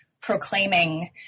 proclaiming